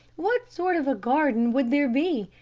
what sort of a garden would there be,